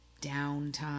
downtime